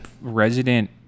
resident